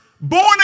born